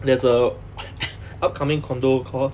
there's a upcoming condominium called